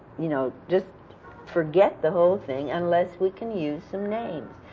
you know, just forget the whole thing unless we can use some names.